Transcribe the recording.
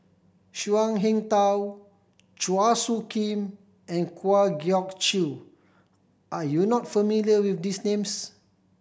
Zhuang Shengtao Chua Soo Khim and Kwa Geok Choo are you not familiar with these names